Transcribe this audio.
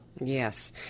Yes